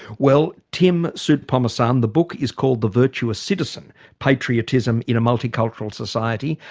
well, tim soutphommasane, the book is called the virtuous citizen patriotism in a multicultural society.